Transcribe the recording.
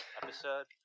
episode